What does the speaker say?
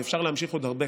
ואפשר להמשיך עוד הרבה.